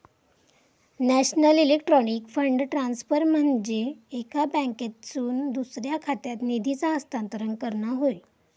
national electronic fund transfer म्हनजे एका बँकेतसून दुसऱ्या खात्यात निधीचा हस्तांतरण करणा होय